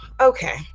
okay